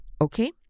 okay